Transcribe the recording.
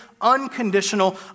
unconditional